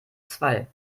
zwei